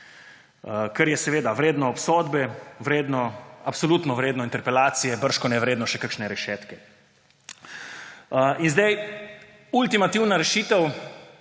Kar je seveda vredno obsodbe, absolutno vredno interpelacije, bržkone vredno še kakšne rešetke. Ultimativna rešitev,